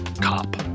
Cop